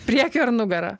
priekiu ir nugara